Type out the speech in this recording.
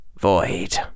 void